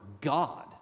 God